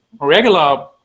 regular